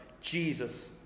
Jesus